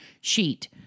sheet